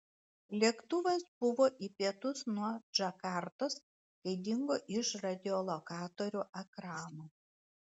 lėktuvas buvo į pietus nuo džakartos kai dingo iš radiolokatorių ekranų